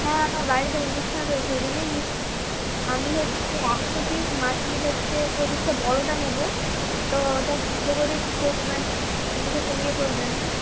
হ্যাঁ আমার বাড়িতে অনুষ্ঠান রয়েছে ঐ জন্যই নিচ্ছি আমি হচ্ছে একশো পিস মাটির হচ্ছে প্রদীপটা বড়টা নেব তো ওটা কী করে কী করবেন একটু তো কমিয়ে করবেন না